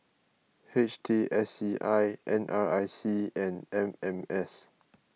H T S C I N R I C and M M S